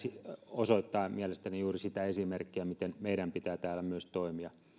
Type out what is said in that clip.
osoittaa mielestäni juuri sitä esimerkkiä miten meidän pitää täällä myös toimia